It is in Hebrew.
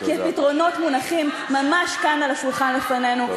כי הפתרונות מונחים ממש כאן על השולחן לפנינו.